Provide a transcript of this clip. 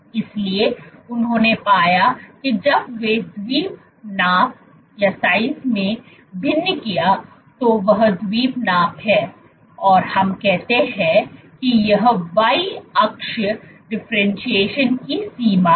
इसलिए उन्होंने पाया कि जब वे द्वीप नाप में भिन्न किया तो यह द्वीप नाप है और हम कहते हैं कि यह y अक्ष डिफरेंटशिएशन की सीमा है